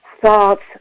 thoughts